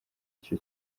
icyo